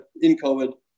in-COVID